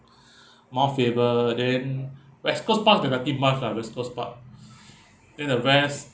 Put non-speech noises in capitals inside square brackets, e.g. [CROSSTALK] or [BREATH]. [BREATH] mount faber then west coast park cannot keep much lah west coast park [BREATH] then the west